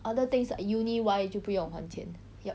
other things like uni Y 就不用还钱 yup